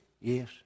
Yes